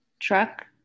truck